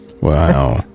Wow